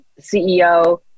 CEO